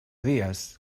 dies